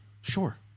Sure